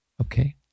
Okay